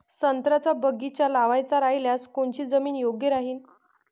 संत्र्याचा बगीचा लावायचा रायल्यास कोनची जमीन योग्य राहीन?